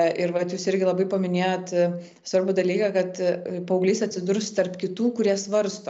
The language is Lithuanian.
ir vat jūs irgi labai paminėjot svarbų dalyką kad paauglys atsidurs tarp kitų kurie svarsto